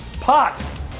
pot